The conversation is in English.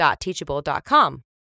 Teachable.com